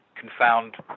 confound